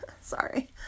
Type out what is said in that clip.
sorry